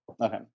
Okay